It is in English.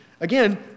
again